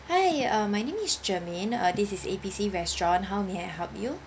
hi uh my name is germane uh this is A_B_C restaurant how may I help you